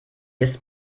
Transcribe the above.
ist